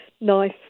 nice